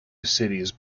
cities